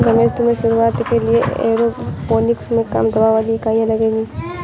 रमेश तुम्हें शुरुआत के लिए एरोपोनिक्स में कम दबाव वाली इकाइयां लगेगी